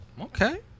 Okay